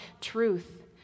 truth